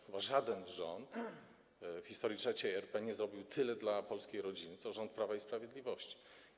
Chyba żaden rząd w historii III RP nie zrobił tyle dla polskiej rodziny co rząd Prawa i Sprawiedliwości.